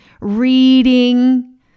reading